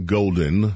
Golden